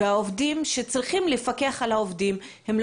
והעובדים שצריכים לפקח על העובדים לא